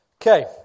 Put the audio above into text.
Okay